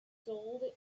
sold